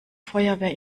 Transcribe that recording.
feuerwehr